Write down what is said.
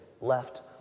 left